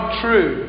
true